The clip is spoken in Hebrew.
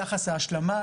יחס ההשלמה,